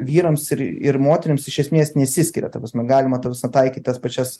vyrams ir ir moterims iš esmės nesiskiria ta prasme galima ta prasme taikyt tas pačias